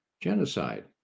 genocide